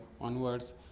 onwards